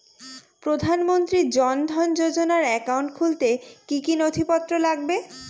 প্রধানমন্ত্রী জন ধন যোজনার একাউন্ট খুলতে কি কি নথিপত্র লাগবে?